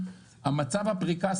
מצב הפריקה,